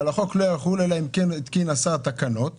אבל החוק לא יחול אלא אם כן התקין השר תקנות